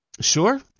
Sure